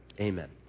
Amen